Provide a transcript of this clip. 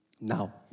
Now